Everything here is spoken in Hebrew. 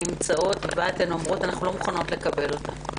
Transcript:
נמצאות ובה אתן אומרות: אנחנו לא מוכנות לקבל אותה,